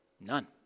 None